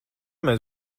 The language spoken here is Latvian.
mēs